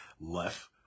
left